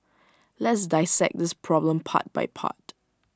let's dissect this problem part by part